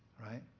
right